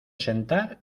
sentar